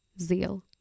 Zeal